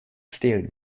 stehlen